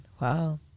wow